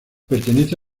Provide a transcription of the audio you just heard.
pertenece